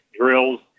drills